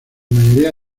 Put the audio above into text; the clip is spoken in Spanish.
mayoría